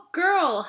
girl